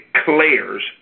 declares